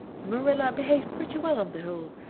marilla behaved pretty well on the whole,